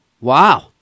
Wow